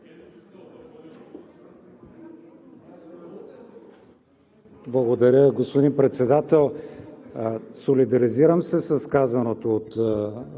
Благодаря, господин Председател. Солидаризирам се с казаното от